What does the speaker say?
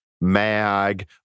MAG